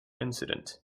incident